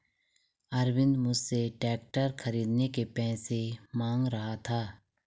अरविंद मुझसे ट्रैक्टर खरीदने के पैसे मांग रहा था